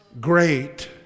Great